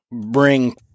bring